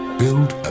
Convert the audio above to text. build